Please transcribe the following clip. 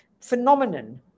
Phenomenon